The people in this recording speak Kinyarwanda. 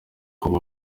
kuba